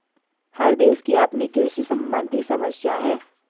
हर देश की अपनी कृषि सम्बंधित समस्याएं हैं